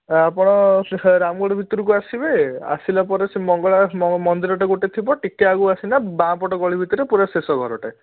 ଆପଣ ସେ ରାମଗଡ଼ ଭିତରକୁ ଆସିବେ ଆସିଲା ପରେ ସେ ମଙ୍ଗଳା ମନ୍ଦିର ଗୋଟେ ଥିବ ଟିକେ ଆଗକୁ ଆସିଲେ ବାମ ପଟ ଗଳି ଭିତରେ ପୁରା ଶେଷ ଘରଟେ